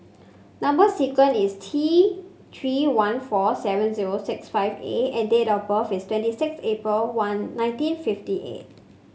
number sequence is T Three one four seven zero six five A and date of birth is twenty six April one nineteen fifty eight